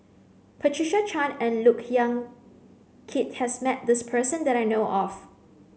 Patricia Chan and Look Yan Kit has met this person that I know of